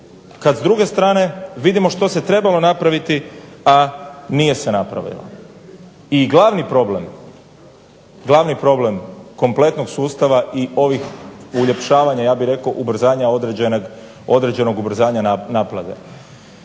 kad s druge strane vidimo što se trebalo napraviti, a nije se napravilo. I glavni problem, glavni problem kompletnog sustava i ovih uljepšavanja, ja bih rekao ubrzanja određenog ubrzanja naplate.